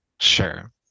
Sure